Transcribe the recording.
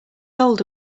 old